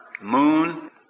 moon